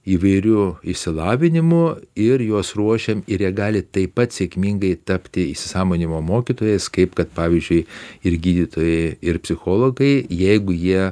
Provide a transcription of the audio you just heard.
įvairiu išsilavinimu ir juos ruošiam ir jie gali taip pat sėkmingai tapti įsisąmoninimo mokytojas kaip kad pavyzdžiui ir gydytojai ir psichologai jeigu jie